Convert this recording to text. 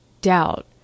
doubt